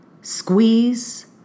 squeeze